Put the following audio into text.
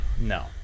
No